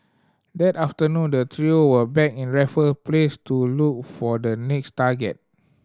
that afternoon the trio were back in Raffle Place to look for the next target